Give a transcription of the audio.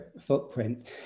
footprint